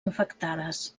infectades